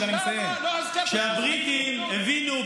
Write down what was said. אז אני מסיים: כשהבריטים הבינו,